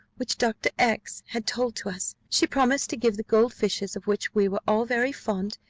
which dr. x had told to us she promised to give the gold fishes, of which we were all very fond,